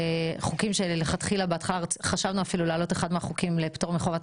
חוקים שבהתחלה חשבנו אפילו להעלות אחד מהחוקים לפטור מחובת